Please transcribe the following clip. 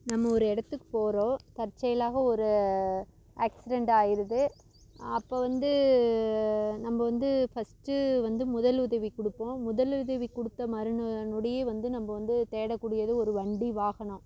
நம்ம ஒரு இடத்துக்கு போகிறோம் தற்செயலாக ஒரு ஆக்ஸிடெண்ட் ஆயிடுது அப்போ வந்து நம்ம வந்து ஃபஸ்ட்டு வந்து முதலுதவி கொடுப்போம் முதலுதவி கொடுத்த மறுநொடியே நம்ம வந்து தேடக்கூடியது ஒரு வண்டி வாகனம்